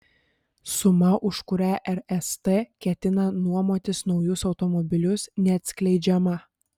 suma už kurią rst ketina nuomotis naujus automobilius neatskleidžiama